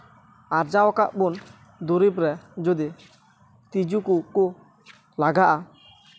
ᱟᱨᱡᱟᱣ ᱟᱠᱟᱫ ᱵᱚᱱ ᱫᱩᱨᱤᱵᱽ ᱨᱮ ᱡᱩᱫᱤ ᱛᱤᱡᱩ ᱠᱚᱠᱚ ᱞᱟᱜᱟᱜᱼᱟ